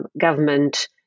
government